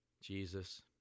Jesus